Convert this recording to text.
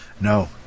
No